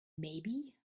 maybe